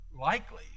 likely